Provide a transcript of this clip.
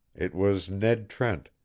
it was ned trent,